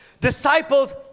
Disciples